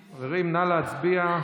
נתקבלה.